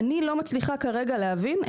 אני לא מצליחה כרגע להבין,